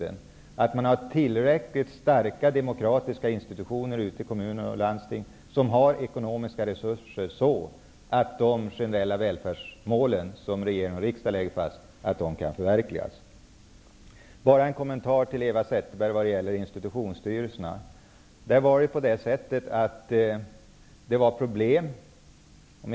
Det gäller att ha tillräckligt starka demokratiska institutioner ute i kommuner och landsting som har ekonomiska resurser, så att de generella välfärdsmålen som regering och riksdag lägger fast kan förverkligas. Jag vill också göra en kommentar till Eva Zetterberg vad gäller institutionsstyrelserna. Det har funnits problem.